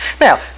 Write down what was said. Now